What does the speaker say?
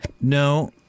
No